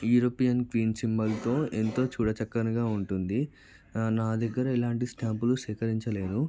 European queen సింబల్తో ఎంతో చూడచక్కనగా ఉంటుంది నా దగ్గర ఇలాంటి స్టాంపులు స్వీకరించలేదు